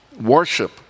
worship